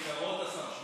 נאמת בכיכרות, השר שמולי.